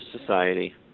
society